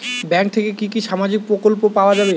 Bank থেকে কি কি সামাজিক প্রকল্প পাওয়া যাবে?